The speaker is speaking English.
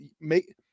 make